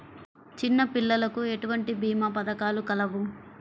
చిన్నపిల్లలకు ఎటువంటి భీమా పథకాలు కలవు?